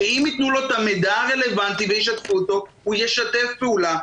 שאם ייתנו לו את המידע הרלוונטי וישתפו אותו הוא ישתף פעולה,